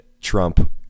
Trump